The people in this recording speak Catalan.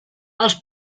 els